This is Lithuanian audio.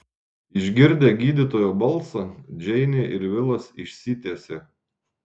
išgirdę gydytojo balsą džeinė ir vilas išsitiesė